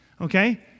okay